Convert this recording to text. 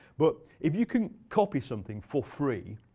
but you can copy something for free,